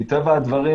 מטבע הדברים,